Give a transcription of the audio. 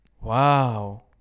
Wow